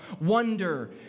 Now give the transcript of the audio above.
wonder